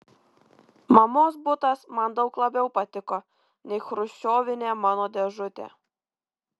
mamos butas man daug labiau patiko nei chruščiovinė mano dėžutė